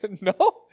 No